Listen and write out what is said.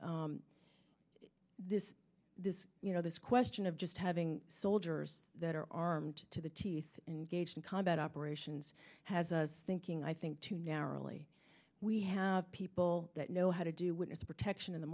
this this you know this question of just having soldiers that are armed to the teeth and gauged in combat operations has a thinking i think too narrowly we have people that know how to do witness protection in the